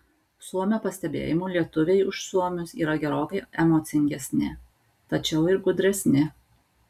suomio pastebėjimu lietuviai už suomius yra gerokai emocingesni tačiau ir gudresni